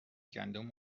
گندم